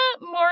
more